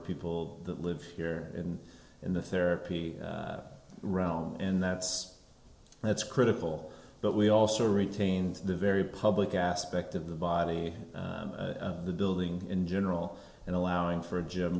of people that live here and in the therapy realm and that's that's critical but we also retain the very public aspect of the body of the building in general and allowing for a g